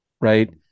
right